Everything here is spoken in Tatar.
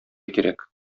кирәк